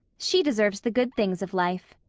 she deserves the good things of life.